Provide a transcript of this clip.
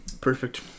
Perfect